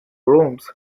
rooms